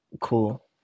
Cool